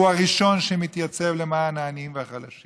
הוא הראשון שמתייצב למען העניים והחלשים,